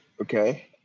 Okay